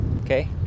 Okay